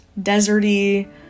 deserty